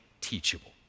teachable